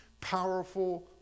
powerful